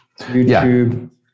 YouTube